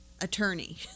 attorney